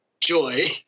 joy